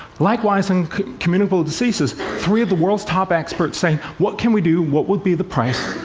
likewise in communicable diseases. three of the world's top experts saying, what can we do? what would be the price?